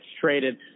traded